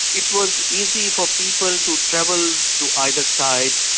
it was easy for people to travel to either side,